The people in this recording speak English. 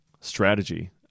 strategy